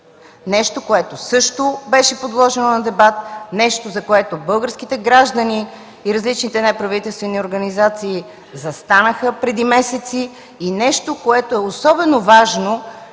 нещо, което също беше подложено на дебат, срещу което българските граждани и различни неправителствени организации застанаха преди месеци и е особено важно